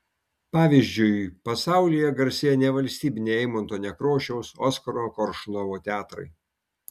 pavyzdžiui pasaulyje garsėja nevalstybiniai eimunto nekrošiaus oskaro koršunovo teatrai